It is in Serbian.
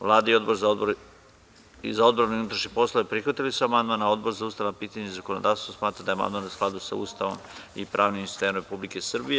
Vlada i Odbor za odbranu i unutrašnje poslove prihvatili su amandman, a Odbor za ustavna pitanja i zakonodavstvo smatra da je amandmanu skladu sa Ustavom i pravnim sistemom Republike Srbije.